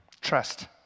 Trust